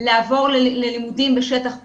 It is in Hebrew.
לעבור ללימודים בשטח פתוח,